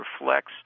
reflects